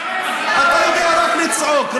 אתה יודע רק לצעוק,